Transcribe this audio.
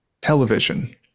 television